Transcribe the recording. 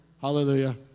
Hallelujah